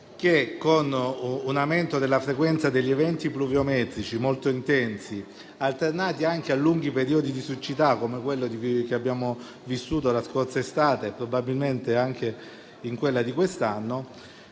che, con un aumento della frequenza degli eventi pluviometrici molto intensi, alternati anche a lunghi periodi di siccità - come quello che abbiamo vissuto la scorsa estate e probabilmente anche in quella che ci attende